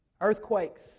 Earthquakes